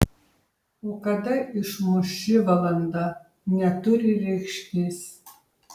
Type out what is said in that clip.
o kada išmuš ši valanda neturi reikšmės